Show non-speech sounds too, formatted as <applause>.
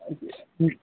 <unintelligible>